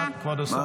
כבוד השר.